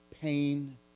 pain